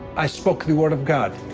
i spoke the word of god.